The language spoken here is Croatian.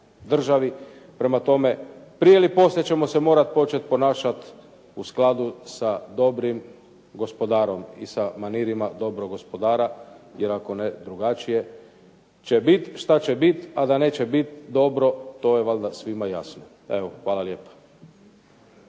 državi. Prema tome prije ili poslije ćemo se morati početi ponašati u skladu sa dobrim gospodarom i sa manirima dobrog gospodara, jer ako ne drugačije će biti, šta će bit, a da neće bit dobro to je valjda svima jasno. Evo hvala lijepa.